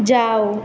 যাও